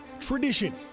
tradition